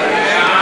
בבקשה,